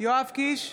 יואב קיש,